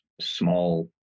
small